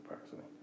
personally